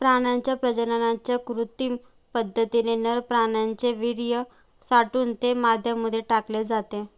प्राण्यांच्या प्रजननाच्या कृत्रिम पद्धतीने नर प्राण्याचे वीर्य साठवून ते माद्यांमध्ये टाकले जाते